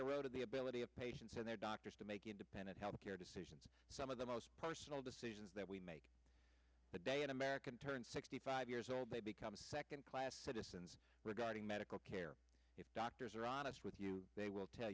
eroded the ability of patients and their doctors to make independent health care decisions some of the most personal decisions that we make the day an american turned sixty five years old they become a second class citizens regarding medical care if doctors are honest with you they will tell